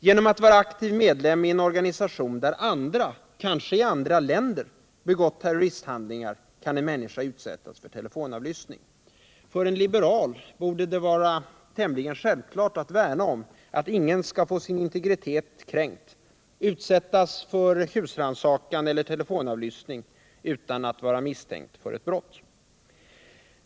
Genom att vara aktiv medlem i en organisation där andra — kanske i andra länder — begått terroristhandlingar, så kan en människa utsättas för telefonavlyssning. För en liberal borde det vara tämligen självklart att värna om att ingen skall få sin integritet kränkt eller utsättas för husrannsaken eller telefonavlyssning, utan att vara misstänkt för ett brott.